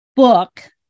book